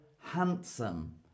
handsome